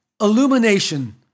illumination